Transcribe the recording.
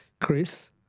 Chris